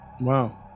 Wow